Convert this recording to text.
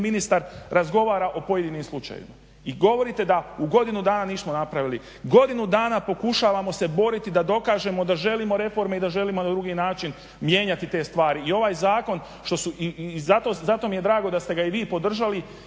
ministar razgovara o pojedinim slučajevima i govorite da u godinu dana nismo napravili. Godinu dana pokušavamo se boriti da dokažemo da želimo reforme i da želimo na drugi način mijenjati te stvari. I ovaj zakon i zato mi je drago da ste ga i vi podržali